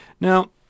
Now